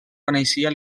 coneixia